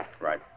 Right